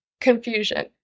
confusion